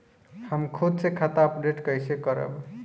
हम खुद से खाता अपडेट कइसे करब?